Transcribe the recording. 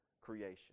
creation